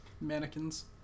Mannequins